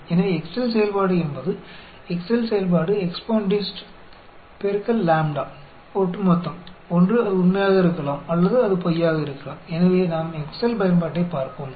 तो Excel function EXPONDIST है Excel function EXPONDIST x lambda cumulative या तो यह सही हो सकता है या यह गलत हो सकता है